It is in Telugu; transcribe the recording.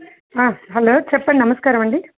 హలో చెప్పండి నమస్కారమండి